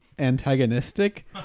antagonistic